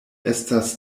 estas